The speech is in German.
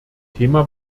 thema